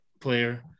player